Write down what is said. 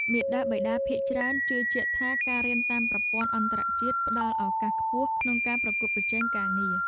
មាតាបិតាភាគច្រើនជឿជាក់ថាការរៀនតាមប្រព័ន្ធអន្តរជាតិផ្តល់ឱកាសខ្ពស់ក្នុងការប្រកួតប្រជែងការងារ។